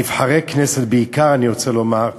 נבחרי הכנסת בעיקר, אני רוצה לומר,